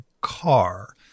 car